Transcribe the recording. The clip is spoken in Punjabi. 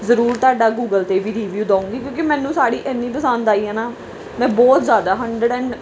ਜ਼ਰੂਰ ਤੁਹਾਡਾ ਗੂਗਲ 'ਤੇ ਵੀ ਰਿਵਿਊ ਦਉਂਗੀ ਕਿਉਂਕਿ ਮੈਨੂੰ ਸਾੜੀ ਇੰਨੀ ਪਸੰਦ ਆਈ ਹੈ ਨਾ ਮੈਂ ਬਹੁਤ ਜ਼ਿਆਦਾ ਹੰਡਰਡ ਐਂਡ